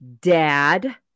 dad